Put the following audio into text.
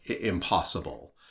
impossible